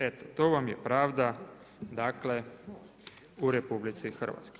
Eto, to vam je pravda dakle u RH.